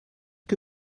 que